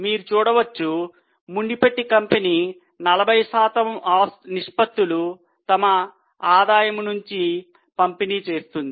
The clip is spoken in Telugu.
మీరు చూడవచ్చు మునుపటి కంపెనీ 40 శాతం నిష్పత్తులు తమ ఆదాయం నుంచి పంపిణీ చేస్తుంది